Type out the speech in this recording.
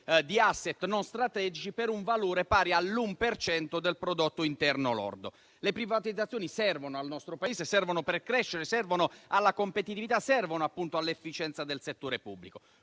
di *asset* non strategici per un valore pari all'1 per cento del prodotto interno lordo. Le privatizzazioni servono al nostro Paese, servono per crescere, servono alla competitività e all'efficienza del settore pubblico.